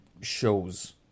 shows